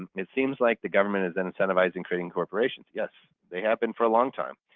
it seems like the government is incentivizing creating corporations. yes, they have been for a long time.